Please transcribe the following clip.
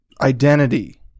Identity